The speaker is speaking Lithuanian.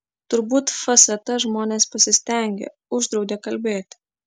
turbūt fst žmonės pasistengė uždraudė kalbėti